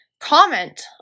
comment